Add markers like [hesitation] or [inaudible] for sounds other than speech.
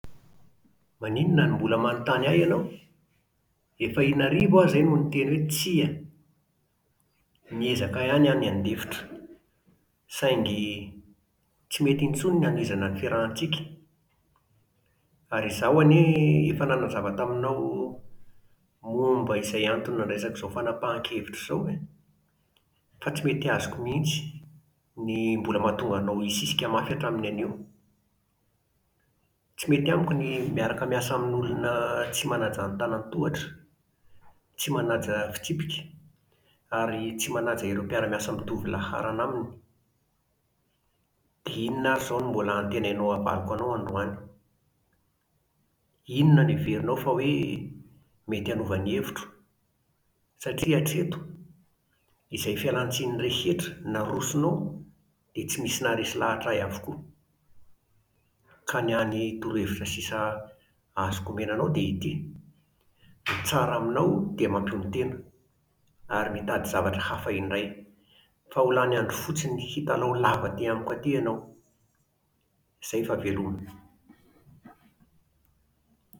Maninona no mbola manontany ahy ianao? Efa in’arivo aho izay no niteny hoe tsia! Niezaka ihany aho ny handefitra, saingy [hesitation] tsy mety intsony ny hanohizana ny fiarahantsika. Ary izaho anie [hesitation] efa nanazava taminao [hesitation] momba izay antony nandraisako izao fanapahankevitra izao e! Ka tsy mety azoko mihitsy ny [hesitation] mbola mahatonga anao hisisika mafy hatramin'ny anio. Tsy mety amiko ny [hesitation] miaraka miasa amin'olona [hesitation] tsy manaja an-tanantohatra, tsy manaja fitsipika, ary tsy manaja ireo mpiara-miasa mitovy laharana aminy. Dia inona ary izao no mbola antenainao havaliko anao androany? Inona no heverinao fa hoe [hesitation] mety hanova ny hevitro? Satria hatreto, izay fialantsiny rehetra nar-rosonao dia tsy nisy naharesy lahatra ahy avokoa. Ka ny hany [hesitation] torohevitra sisa [hesitation] azoko omena anao dia ity: ny tsara aminao dia mampionon-tena, ary mitady zavatra hafa indray. Fa ho lany andro fotsiny hitalaho lava aty amiko aty ianao. Izay fa veloma.